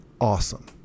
awesome